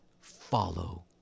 follow